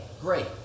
Great